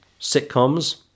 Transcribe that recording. sitcoms